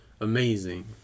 amazing